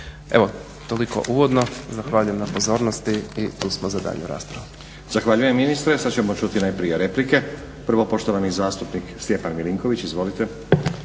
Evo toliko uvodno. Zahvaljujem na pozornosti i tu smo za daljnju raspravu. **Stazić, Nenad (SDP)** Zahvaljujem ministre. Sad ćemo čuti najprije replike. Prvo poštovani zastupnik Stjepan Milinković. Izvolite.